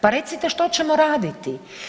Pa recite što ćemo raditi?